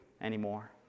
anymore